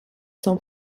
sont